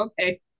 okay